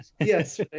Yes